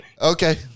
okay